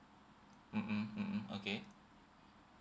mmhmm mmhmm okay